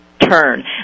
turn